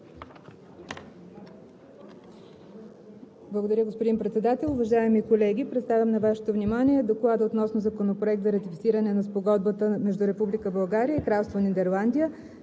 Благодаря Ви, господин Председател. Уважаеми колеги, представям на Вашето внимание: „ДОКЛАД относно Законопроект за ратифициране на Спогодбата между Република България и Кралство Нидерландия